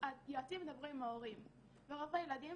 היועצים מדברים עם ההורים ורוב הילדים